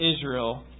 Israel